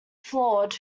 flawed